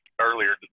earlier